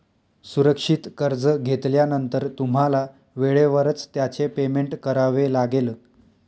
सुरक्षित कर्ज घेतल्यानंतर तुम्हाला वेळेवरच त्याचे पेमेंट करावे लागेल